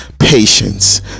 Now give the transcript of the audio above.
patience